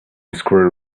squirrel